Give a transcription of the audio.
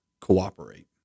cooperate